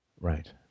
Right